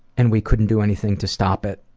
and we couldn't do anything to stop it,